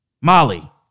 Molly